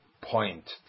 point